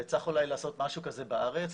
וצריך אולי לעשות משהו כזה בארץ,